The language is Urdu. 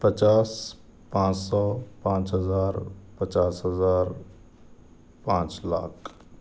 پچاس پانچ سو پانچ ہزار پچاس ہزار پانچ لاکھ